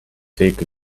take